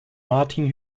martin